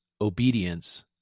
obedience